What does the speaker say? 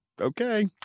Okay